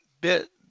bit